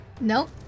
Nope